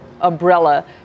umbrella